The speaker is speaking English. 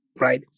right